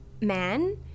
man